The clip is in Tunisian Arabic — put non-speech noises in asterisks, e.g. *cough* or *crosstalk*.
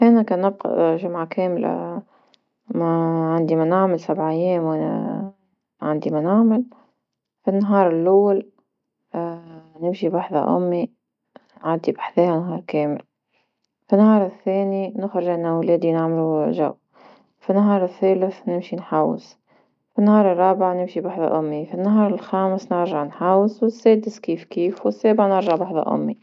أنا كان نبقا جمعة كاملة ما *hesitation* ما عندي ما نعمل سبعة أيام وأنا *hesitation* ما عندي ما نعمل، في النهار الاول *hesitation* نمشي بحذا أمي نعدي بحذها نهار كامل، في نهار الثاني نخرج انا واولادي نعملو جو في نهار الثالث نمشي نحوس في النهار الرابع نمشي بحذا أمي في النهار الخامس نرجع نحوس والسادس كيف كيف وسابع نرجع بحذا أمي.